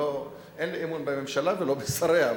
אין לי אמון בממשלה ולא בשריה,